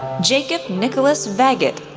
jacob nicholas vagott,